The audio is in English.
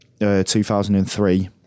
2003